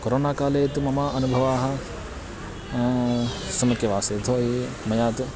कोरोनाकाले तु मम अनुभवः सम्यक् एव आसीत् यथो हि मया तु